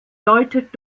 deutet